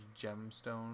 gemstone